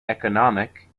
economic